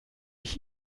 ich